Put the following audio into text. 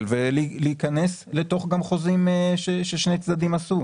ולהיכנס לתוך חוזים שעשו שני צדדים.